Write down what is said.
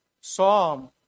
Psalm